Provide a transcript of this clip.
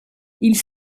ils